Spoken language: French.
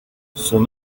son